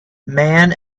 man